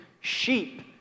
sheep